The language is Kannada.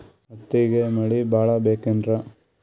ಹತ್ತಿಗೆ ಮಳಿ ಭಾಳ ಬೇಕೆನ್ರ?